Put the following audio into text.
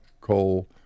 coal